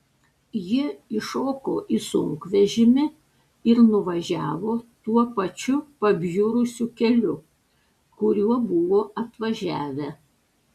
jie įšoko į sunkvežimį ir nuvažiavo tuo pačiu pabjurusiu keliu kuriuo buvo atvažiavę